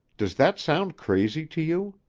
does that sound crazy to you?